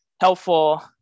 helpful